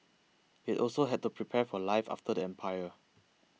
it also had to prepare for life after the empire